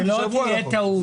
שלא תהיה טעות,